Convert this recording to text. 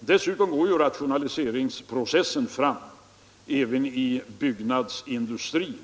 Dessutom går rationaliseringsprocessen fram ganska snabbt även i byggnadsindustrin.